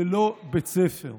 ללא בית ספר.